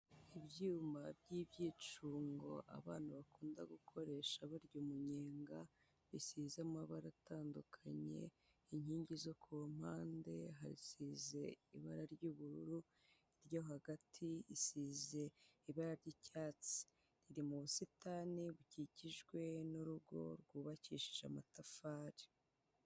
Ibyuma by'ibyicungo abana bakunda gukoresha barya umunyenga bisize amabara atandukanye inkingi zo kumpande hasize ibara ry'ubururu ryo hagati isize ibara ry'icyatsi riri mu busitani kikijwe nurugo rwubakishije amatafari.